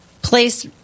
place